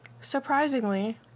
Surprisingly